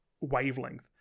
wavelength